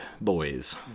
boys